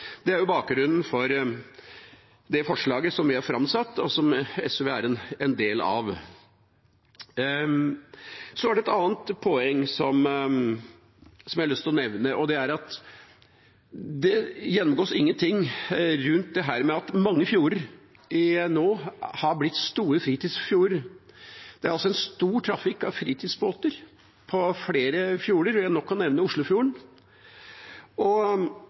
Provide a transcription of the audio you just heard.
Det er bakgrunnen for det forslaget som vi har framsatt, og som SV er en del av. Så er det et annet poeng som jeg har lyst til å nevne, og det er at det gjennomgås ingenting rundt dette med at mange fjorder nå har blitt store fritidsfjorder. Det er en stor trafikk av fritidsbåter på flere fjorder, det er nok å nevne Oslofjorden. Jeg nevner i innstillingen at det nå er rundt 200 000 kanoer og